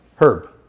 Herb